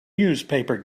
newspaper